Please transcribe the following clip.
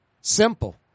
Simple